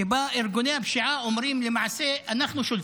שבו ארגוני הפשיעה אומרים למעשה: אנחנו שולטים,